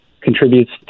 Contributes